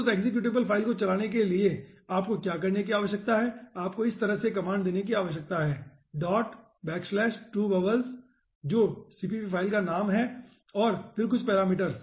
उस executable file को चलाने के लिए आपको क्या करने की आवश्यकता है आपको इस तरह से एक कमांड देने की आवश्यकता है twobubbles जो CPP फ़ाइल का नाम है और फिर कुछ पैरामीटर्स